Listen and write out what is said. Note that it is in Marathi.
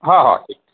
हो हो ठीक आहे